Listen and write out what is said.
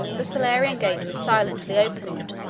the salarian gate was silently opened,